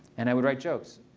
and i would write jokes.